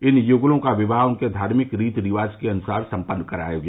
इन युगलों का विवाह उनके धार्मिक रीति रिवाज के अनुसार सम्पन्न कराया गया